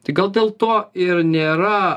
tai gal dėl to ir nėra